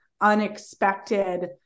unexpected